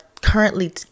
currently